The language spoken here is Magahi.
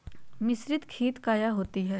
मिसरीत खित काया होती है?